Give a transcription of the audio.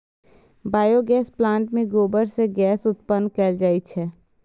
biogas plant मे गोबर सं गैस उत्पन्न कैल जाइ छै